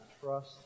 trust